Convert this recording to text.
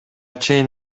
чейин